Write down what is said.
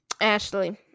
Ashley